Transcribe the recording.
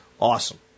Awesome